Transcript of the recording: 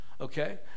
Okay